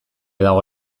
dago